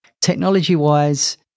Technology-wise